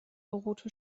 rote